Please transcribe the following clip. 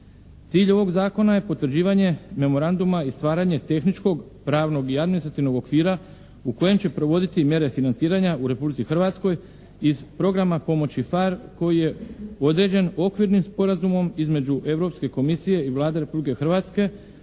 Cilj ovog zakona je potvrđivanje memoranduma i stvaranje tehničkog, pravnog i administrativnog okvira u kojem će provoditi mjere financiranja u Republici Hrvatskoj iz programa pomoći PHARE koji je određen okvirnim sporazumom između Europske komisije i Vlade Republike Hrvatske